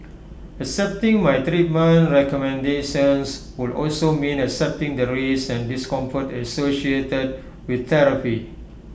accepting my treatment recommendations would also mean accepting the risks and discomfort associated with therapy